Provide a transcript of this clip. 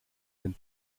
den